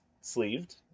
sleeved